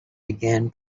began